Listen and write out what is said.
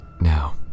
Now